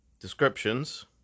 descriptions